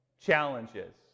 challenges